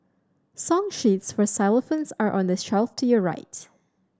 song sheets for xylophones are on the shelf to your right